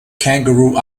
kangaroo